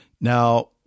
now